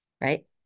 Right